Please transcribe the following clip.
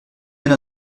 bien